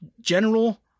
General